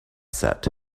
set